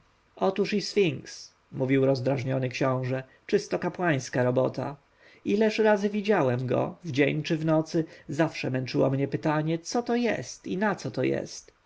otóż i sfinks mówił rozdrażniony książę czysto kapłańska robota ile razy widziałem go w dzień czy w nocy zawsze męczyło mnie pytanie co to jest i naco to jest